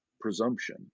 presumption